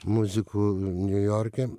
muzikų niujorke